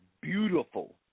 beautiful